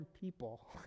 people